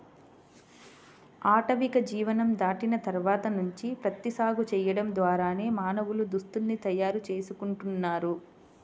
ఆటవిక జీవనం దాటిన తర్వాత నుంచి ప్రత్తి సాగు చేయడం ద్వారానే మానవులు దుస్తుల్ని తయారు చేసుకుంటున్నారు